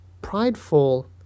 prideful